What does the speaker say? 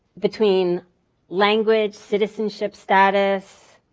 between language, citizenship status,